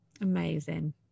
Amazing